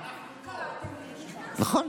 אנחנו פה,